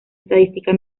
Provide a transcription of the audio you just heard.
estadística